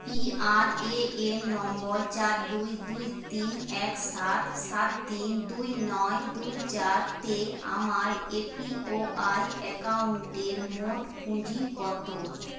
PRAN number চার দুই দুই তিন এক সাত সাত তিন দুই নয় দুই চার তে আমার এপিওয়াই অ্যাকাউন্টের মোট পুঁজি কত